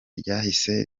ryahise